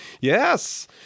Yes